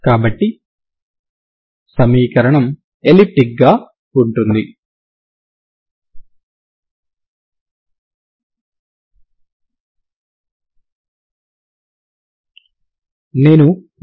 కాబట్టి ఈ సమస్య కోసం మీరు డి' ఆలెంబెర్ట్ పరిష్కారాన్ని ఇచ్చారు